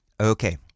Okay